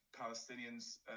Palestinians